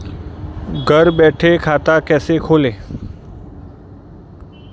घर बैठे खाता कैसे खोलें?